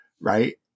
right